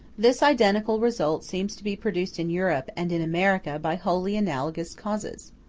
this identical result seems to be produced in europe and in america by wholly analogous causes.